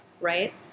right